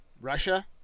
Russia